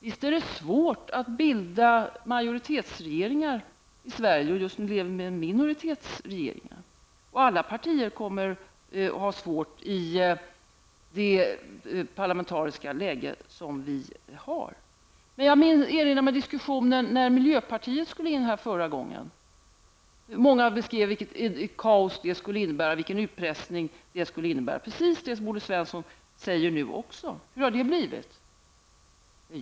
Visst är det svårt att bilda majoritetsregering i Sverige, och just nu lever vi med en minoritetsregering. Alla partier kommer att ha svårt i det parlamentariska läge som nu råder. Jag vill erinra mig diskussionen när miljöpartiet skulle in här vid förra valet. Många beskrev vilket kaos det skulle innebära och vilken utpressning det skulle medföra, precis det som Olle Svensson säger nu också. Hur har det blivit?